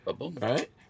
right